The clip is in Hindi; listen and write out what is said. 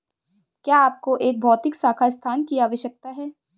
क्या आपको एक भौतिक शाखा स्थान की आवश्यकता है?